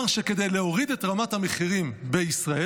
שכדי להוריד את רמת המחירים בישראל,